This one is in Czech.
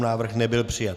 Návrh nebyl přijat.